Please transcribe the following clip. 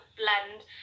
blend